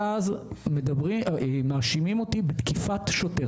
ואז מאשימים אותי בתקיפת שוטר.